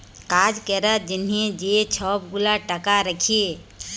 কাজ ক্যরার জ্যনহে যে ছব গুলা টাকা রাখ্যে